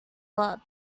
lot